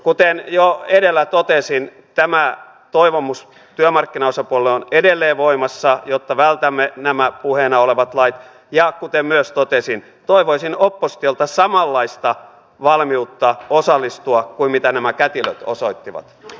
kuten jo edellä totesin tämä toivomus työmarkkinaosapuolille on edelleen voimassa jotta vältämme nämä puheena olevat lait ja kuten myös totesin toivoisin oppositiolta samanlaista valmiutta osallistua kuin mitä nämä kätilöt osoittivat